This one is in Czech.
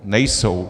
Nejsou.